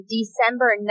December